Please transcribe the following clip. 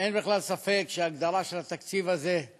אין בכלל ספק שההגדרה של התקציב הזה שהוא